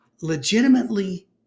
Legitimately